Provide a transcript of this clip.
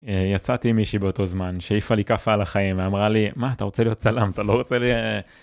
יצאתי עם מישהי באותו זמן שהעיפה לי כאפה על החיים אמרה לי מה אתה רוצה להיות צלם אתה לא רוצה ל...